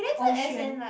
ou-xuan